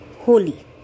Holi